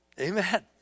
Amen